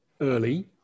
early